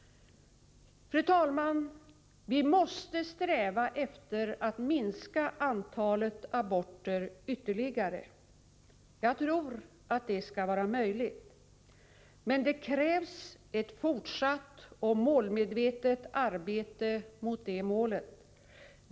Fru talman! Vi måste sträva efter att minska antalet aborter ytterligare. Jag tror att det skall vara möjligt. Men det krävs ett fortsatt och målmedvetet arbete mot det målet.